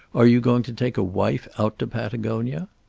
are you going to take a wife out to patagonia?